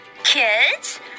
Kids